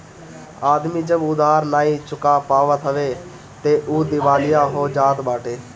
आदमी जब उधार नाइ चुका पावत हवे तअ उ दिवालिया हो जात बाटे